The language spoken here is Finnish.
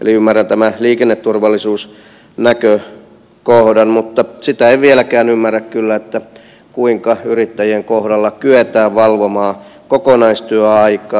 eli ymmärrän tämän liikenneturvallisuusnäkökohdan mutta sitä en vieläkään kyllä ymmärrä kuinka yrittäjien kohdalla kyetään valvomaan kokonaistyöaikaa